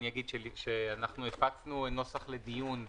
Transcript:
אני אגיד שאנחנו הפצנו נוסח לדיון,